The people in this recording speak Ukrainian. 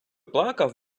плакав